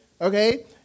okay